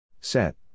set